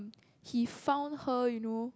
he found her you know